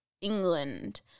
England